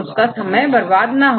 उसका समय बर्बाद ना हो